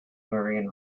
marine